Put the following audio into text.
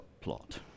plot